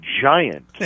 giant